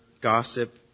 gossip